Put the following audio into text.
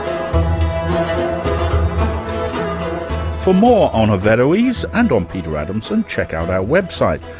um for more on averroes and on peter adamson check out our website,